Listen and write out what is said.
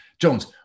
Jones